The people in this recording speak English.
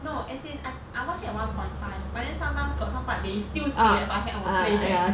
no as in I I watch it at one point five but then sometimes got some part they still speak fast I will play back